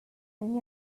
and